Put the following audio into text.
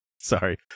Sorry